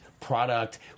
product